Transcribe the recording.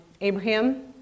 Abraham